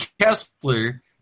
Kessler